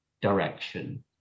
direction